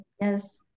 yes